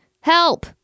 Help